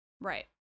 Right